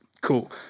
Cool